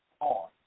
on